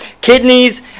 Kidneys